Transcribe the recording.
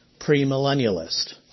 premillennialist